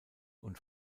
und